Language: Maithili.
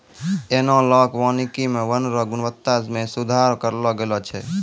एनालाँक वानिकी मे वन रो गुणवत्ता मे सुधार करलो गेलो छै